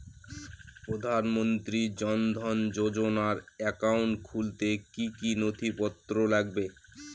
প্রধানমন্ত্রী জন ধন যোজনার একাউন্ট খুলতে কি কি নথিপত্র লাগবে?